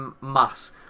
mass